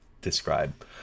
describe